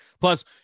Plus